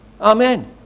Amen